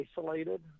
isolated